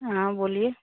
हाँ बोलिए